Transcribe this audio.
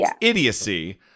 idiocy